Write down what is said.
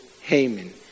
Haman